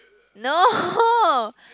no